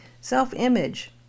Self-image